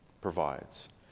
provides